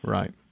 Right